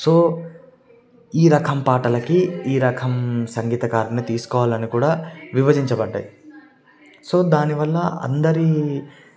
so ఈ రకం పాటలకి ఈ రకం సంగీతకారుని తీసుకోవాలని కూడా విభజించబడ్డాయి సో దానివల్ల అందరీ